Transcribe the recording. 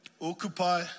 Occupy